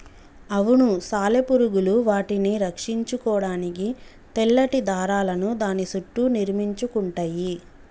అవును సాలెపురుగులు వాటిని రక్షించుకోడానికి తెల్లటి దారాలను దాని సుట్టూ నిర్మించుకుంటయ్యి